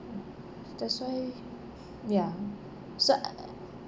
that's why ya so I